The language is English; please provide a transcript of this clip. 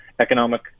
Economic